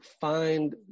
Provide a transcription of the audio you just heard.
find